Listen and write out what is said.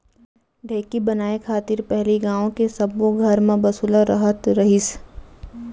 ढेंकी बनाय खातिर पहिली गॉंव के सब्बो घर म बसुला रहत रहिस